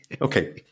Okay